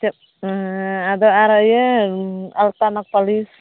ᱪᱮᱫ ᱟᱫᱚ ᱟᱨ ᱤᱭᱟᱹ ᱟᱞᱛᱟ ᱱᱚᱠ ᱯᱟᱹᱞᱤᱥ